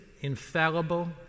infallible